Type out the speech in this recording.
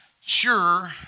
sure